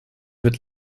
wird